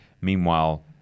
Meanwhile